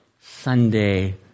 Sunday